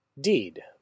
deed